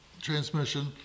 transmission